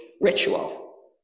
ritual